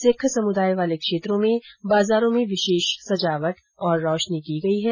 सिक्ख समुदाय वाले क्षेत्रों में बाजारों में विशेष सजावट और रोशनी की गई है